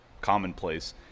commonplace